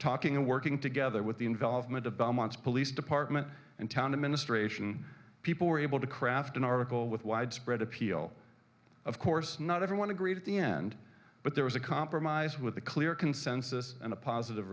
talking and working together with the involvement of belmont's police department and town administration people were able to craft an article with widespread appeal of course not everyone agreed at the end but there was a compromise with a clear consensus and a positive